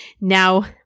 Now